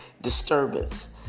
disturbance